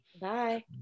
Bye